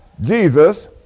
Jesus